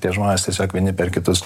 tie žmonės tiesiog vieni per kitus